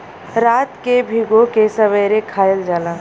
रात के भिगो के सबेरे खायल जाला